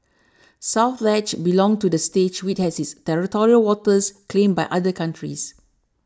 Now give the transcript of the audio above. South Ledge belonged to the state which has its territorial waters claimed by other countries